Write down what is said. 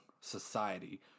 society